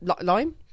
lime